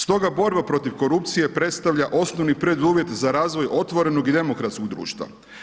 Stoga borba protiv korupcije predstavlja osnovni preduvjet za razvoj otvorenog i demokratskog društva.